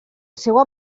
seua